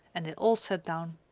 and they all sat down.